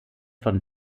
von